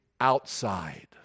Outside